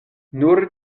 nur